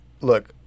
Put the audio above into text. look